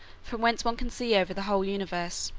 from whence one can see over the whole universe,